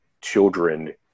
children